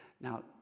Now